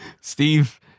Steve